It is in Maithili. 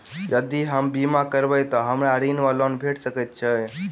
यदि हम बीमा करबै तऽ हमरा ऋण वा लोन भेट सकैत अछि?